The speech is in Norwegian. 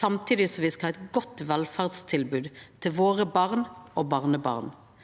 samtidig som me skal ha eit godt velferdstilbod til barna og barnebarna